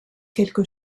quelque